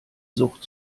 sucht